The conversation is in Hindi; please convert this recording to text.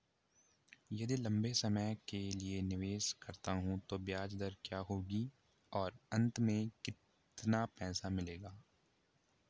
यदि लंबे समय के लिए निवेश करता हूँ तो ब्याज दर क्या होगी और अंत में कितना पैसा मिलेगा?